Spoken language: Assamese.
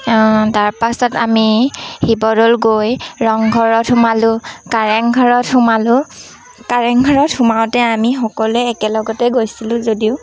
তাৰ পাছত আমি শিৱদৌল গৈ ৰংঘৰত সোমালোঁ কাৰেংঘৰত সোমালোঁ কাৰেংঘৰত সোমাওঁতে আমি সকলোৱে একেলগতে গৈছিলোঁ যদিও